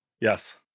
Yes